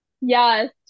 yes